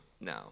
no